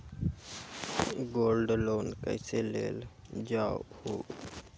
Gold loan कईसे लेल जाहु?